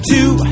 Two